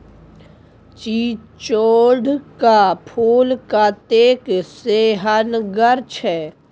चिचोढ़ क फूल कतेक सेहनगर छै